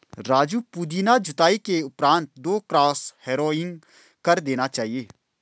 राजू पुदीना जुताई के उपरांत दो क्रॉस हैरोइंग कर देना चाहिए